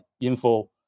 Info